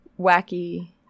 wacky